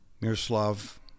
Miroslav